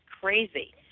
crazy